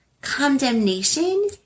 condemnation